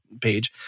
page